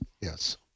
yes